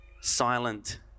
silent